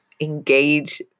engage